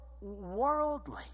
worldly